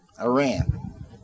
Iran